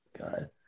God